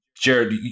Jared